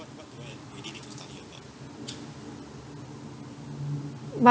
but